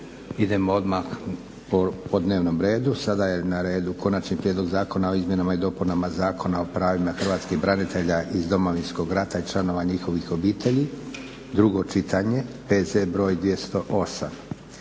Idemo odmah po dnevnom redu. Sada je na redu - Konačni prijedlog Zakona o izmjenama i dopunama zakona o pravima hrvatskih branitelja iz Domovinskog rata i članova njihovih obitelji, drugo čitanje, PZ br. 208.